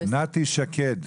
נתי שקד,